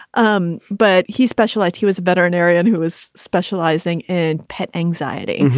um but he specialized. he was a veterinarian who is specializing in pet anxiety.